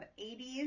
80s